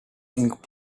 ink